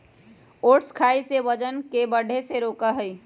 oats खाई से वजन के बढ़े से रोका हई